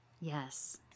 Yes